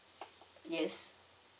yes